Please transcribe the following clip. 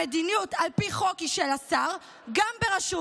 המדיניות על פי חוק היא של השר, גם ברשות.